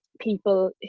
people